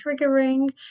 triggering